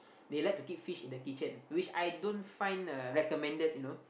they like to keep fish in the kitchen which I don't find uh recommended you know